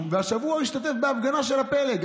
והשבוע הוא השתתף בהפגנה של הפלג.